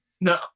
No